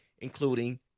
Including